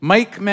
Mike